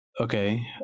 Okay